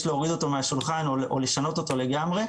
להוריד אותו מהשולחן או לשנות אותו לגמרי.